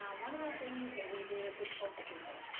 one of the things that we do is we coach people.